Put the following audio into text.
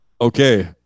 Okay